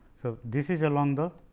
this is along the